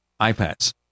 iPads